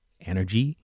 energy